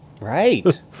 Right